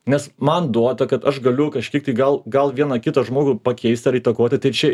nes man duota kad aš galiu kažkiek tai gal gal vieną kitą žmogų pakeist ar įtakoti tai čia